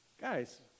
Guys